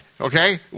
okay